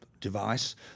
Device